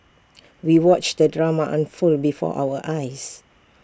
we watched the drama unfold before our eyes